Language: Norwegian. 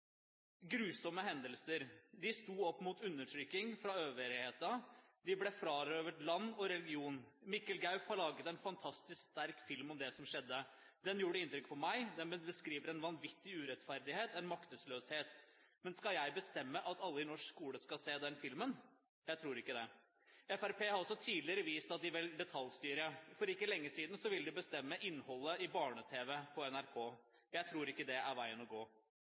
grusomme hendelser. De sto opp mot undertrykking fra øvrigheten, de ble frarøvet land og religion. Mikkel Gaup har laget en fantastisk sterk film om det som skjedde. Den gjorde inntrykk på meg. Den beskriver en vanvittig urettferdighet, en maktesløshet. Men skal jeg bestemme at alle i norsk skole skal se den filmen? Jeg tror ikke det. Fremskrittspartiet har også tidligere vist at de vil detaljstyre. For ikke lenge siden ville de bestemme innholdet i barne-tv på NRK. Jeg tror ikke det er veien å gå.